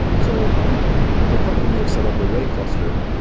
so their company may have set up a ray cluster,